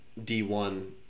d1